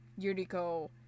Yuriko